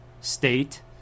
state